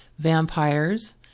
Vampires